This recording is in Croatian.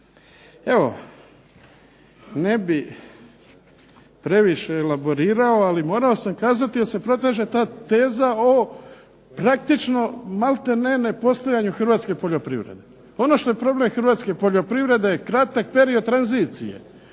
Evo, ne bih previše elaborirao ali morao sam kazati jer se proteže ta teza o praktično maltene nepostojanju Hrvatske poljoprivrede. Ono što je problem Hrvatske poljoprivrede je kratak period tranzicije,